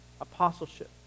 apostleship